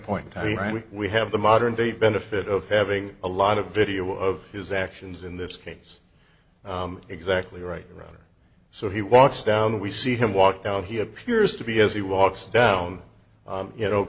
point i mean we have the modern day benefit of having a lot of video of his actions in this case exactly right rather so he walks down we see him walk down he appears to be as he walks down you know